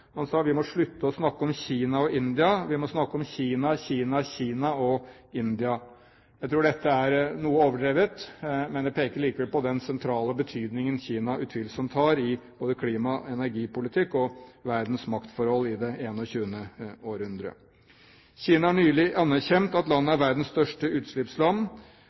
Han sa: Vi må slutte å snakke om Kina og India. Vi må snakke om Kina, Kina, Kina og India. Jeg tror dette er noe overdrevet, men det peker likevel på den sentrale betydningen Kina utvilsomt har når det gjelder både klima- og energipolitikk og verdens maktforhold i det 21. århundre. Kina har nylig anerkjent at landet nå er verdens største utslippsland.